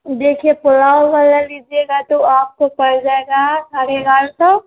देखिए पुलाव वाला लीजिएगा तो आपको पड़ जाएगा साढ़े ग्यारह सौ